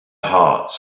hearts